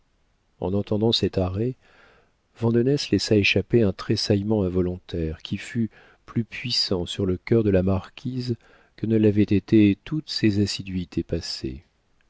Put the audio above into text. en entendant cet arrêt vandenesse laissa échapper un tressaillement involontaire qui fut plus puissant sur le cœur de la marquise que ne l'avaient été toutes ses assiduités passées